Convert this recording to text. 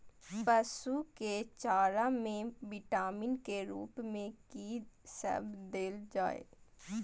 पशु के चारा में विटामिन के रूप में कि सब देल जा?